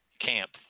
Camp